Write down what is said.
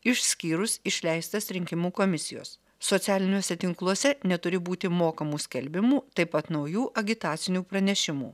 išskyrus išleistas rinkimų komisijos socialiniuose tinkluose neturi būti mokamų skelbimų taip pat naujų agitacinių pranešimų